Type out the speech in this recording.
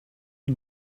you